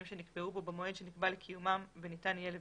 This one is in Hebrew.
שנקבעו בו במועד שנקבע לקיומם וניתן יהיה לבטלו"